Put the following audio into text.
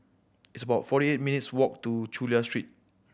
it's about forty eight minutes' walk to Chulia Street